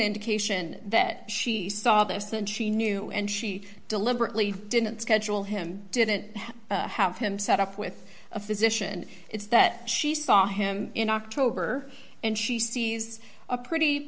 indication that she saw this and she knew and she deliberately didn't schedule him didn't have him set up with a physician it's that she saw him in october and she sees a pretty